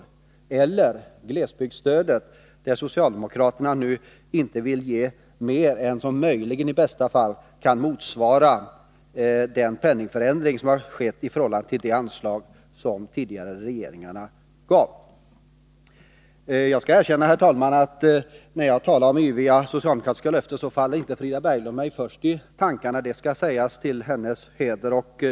Och beträffande glesbygdsstödet vill ju inte socialdemokraterna satsa mer än vad som möjligen kan motsvara den penningvärdeförsämring som har ägt rum efter de tidigare regeringarnas satsningar. Jag erkänner, herr talman, att jag när jag talade om yviga socialdemokra 48 tiska löften inte först kom att tänka på Frida Berglund. Det måste sägas till hennes heder.